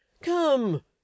Come